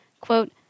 quote